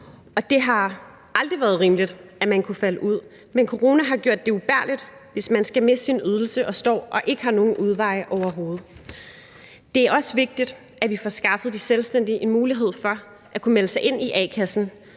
Det har aldrig været rimeligt, at man kunne falde ud, men coronaen har gjort det ubærligt, hvis man skal miste sin ydelse og ikke har nogen udveje overhovedet. Det er også vigtigt, at vi får skaffet de selvstændige en mulighed for at kunne melde sig ind i a-kassen